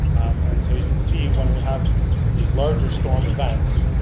and so you can see when we have these larger storm events,